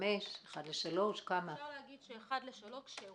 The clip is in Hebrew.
אפשר לומר ש-1 ל-3.